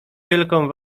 wielką